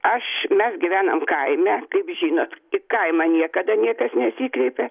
aš mes gyvenam kaime kaip žinot į kaimą niekada niekas nesikreipė